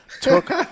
took